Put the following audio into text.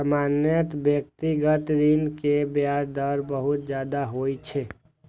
सामान्यतः व्यक्तिगत ऋण केर ब्याज दर बहुत ज्यादा होइ छै